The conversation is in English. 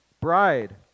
bride